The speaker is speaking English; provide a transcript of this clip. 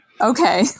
Okay